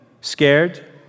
scared